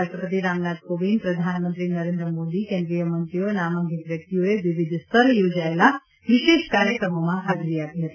રાષ્ટ્રપતિશ્રી રામનાથ કોવિન્દ પ્રધાનમંત્રી નરેન્દ્ર મોદી કેન્દ્રિય મંત્રીઓ નામાંકિત વ્યકિતઓએ વિવિધ સ્તરે યોજાએલા વિશેષ કાર્યક્રમોમાં હાજરી આપી હતી